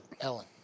Ellen